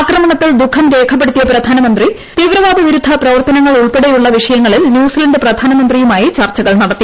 ആക്രമണത്തിൽ ദുഃഖം രേഖപ്പെടുത്തിയ പ്രധാനമന്തി തീവ്രവാദവിരുദ്ധ പ്രവർത്തനങ്ങൾ ഉൾപ്പെടെ ഉള്ള വിഷയങ്ങളിൽ ന്യൂസിലന്റ് പ്രധാനമന്തിയുമായി ചർച്ചകൾ നടത്തി